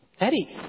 Eddie